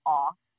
off